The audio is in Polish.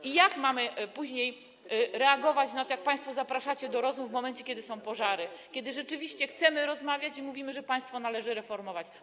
I jak mamy później reagować na to, jak państwo zapraszacie do rozmów w momencie, kiedy są pożary, kiedy rzeczywiście chcemy rozmawiać i mówimy, że państwo należy reformować.